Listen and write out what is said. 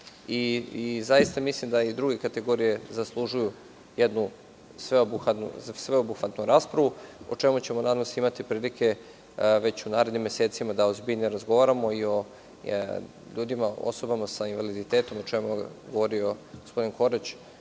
Zaista mislim da i druge kategorije zaslužuju jednu sveobuhvatnu raspravu, o čemu ćemo, nadam se, imati prilike već u narednim mesecima da ozbiljnije razgovaramo, kao i o osobama sa invaliditetom, o čemu je govorio gospodin Korać,